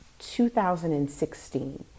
2016